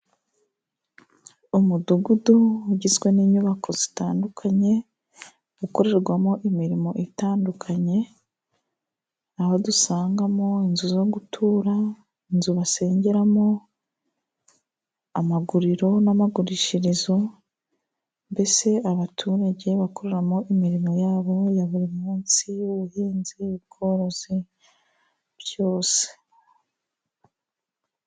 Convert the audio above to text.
Umudugudu ugizwe n'inyubako zitandukanye, ukorerwamo imirimo itandukanye ,aho dusangamo: inzu zo gutura, inzu basengeramo, amaguriro n'amagurishirizo, mbese abaturage bakoramo imirimo yabo ya buri munsi y'ubuhinzi n'ubworozi byose.